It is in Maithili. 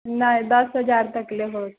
नहि दस हजार तकले होयत